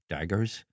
Daggers